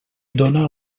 dóna